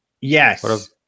Yes